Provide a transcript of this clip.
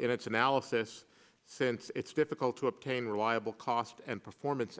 in its analysis since it's difficult to obtain reliable cost and performance